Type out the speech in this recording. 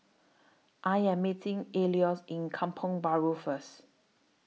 I Am meeting Alois in Kampong Bahru First